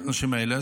האנשים האלה,